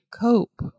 cope